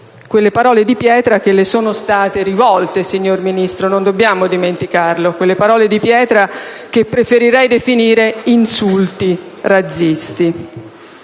Quelle parole di pietra che le sono state rivolte, signor Ministro, che non dobbiamo dimenticare e che preferirei definire insulti razzisti.